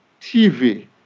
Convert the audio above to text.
TV